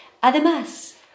Además